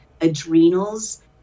adrenals